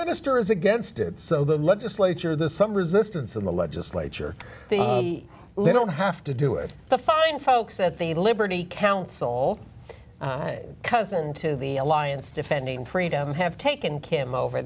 minister is against it so the legislature the some resistance in the legislature little have to do it the fine folks at the liberty council all cousin to the alliance defending freedom have taken kim over